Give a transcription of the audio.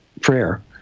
prayer